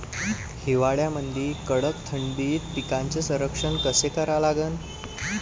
हिवाळ्यामंदी कडक थंडीत पिकाचे संरक्षण कसे करा लागन?